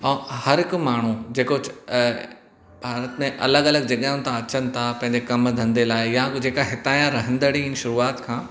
ऐं हर हिकु माण्हू जेको भारत में अलॻि अलॻि जॻहियूं था अचनि था पंहिंजे कमु धंधे लाइ या जो जेका हितां जा रहंदड़ु इन शुरूआत खां